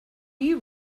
you